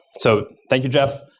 so, thank you, jeff.